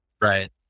Right